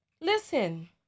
Listen